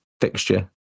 fixture